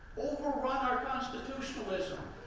overrun our constitutionalism,